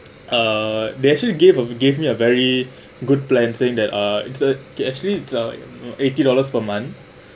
uh they actually gave of gave me a very good plan saying that uh it's a actually it's a eighty dollars per month